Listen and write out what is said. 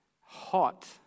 hot